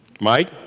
Mike